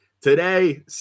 today